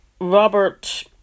Robert